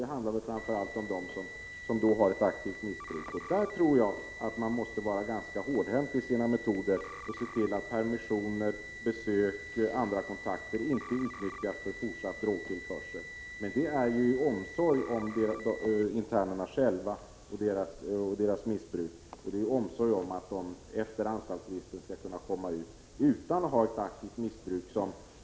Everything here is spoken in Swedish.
Det handlar framför allt om dem som har ett aktivt missbruk. Där tror jag att vi måste vara ganska hårdhänta och se till att permissioner, besök och andra kontakter inte utnyttjas för en fortsatt drogtillförsel. Men det sker ju då i omsorg om internerna själva och för att man skall komma till rätta med deras missbruk. Det sker därför att de efter anstaltsvistelsen skall kunna komma ut fria från ett aktivt missbruk.